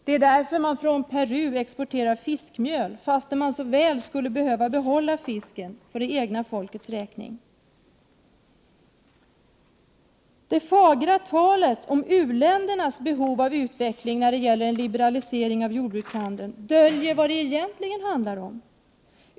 Det är därför som man från Peru exporterar fiskmjöl fast man så väl skulle behöva behålla fisken för det egna folkets räkning. Det fagra talet om u-ländernas behov av utveckling, när det gäller en liberalisering av handeln med jordbruksprodukter, döljer vad det egentligen handlar om.